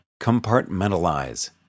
compartmentalize